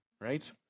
right